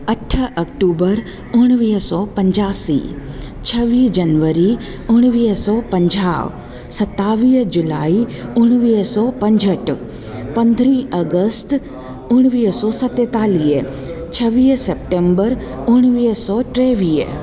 अठ अक्टूबर उणिवीह सौ पंजासी छवीह जनवरी उणिवीह सौ पंजाहु सतावीह जुलाई उणिवीह सौ पंजहठि पंद्रहं अगस्त उणिवीह सौ सतेतालीह छवीह सेप्टेम्बर उणिवीह सौ टेवीह